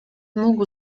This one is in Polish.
mógł